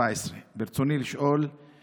ביותר באתרי השוואות המחירים,